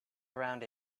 around